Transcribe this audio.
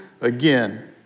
again